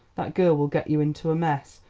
that girl will get you into a mess,